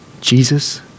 Jesus